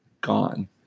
gone